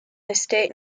estate